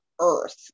earth